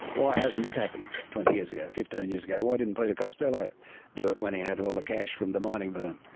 why hasn't that happen twenty years ago, fifteen years ago? why didn't peter costello do it when he had all the cash from the mining boom?